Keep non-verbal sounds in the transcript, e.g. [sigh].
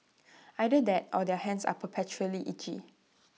[noise] either that or their hands are perpetually itchy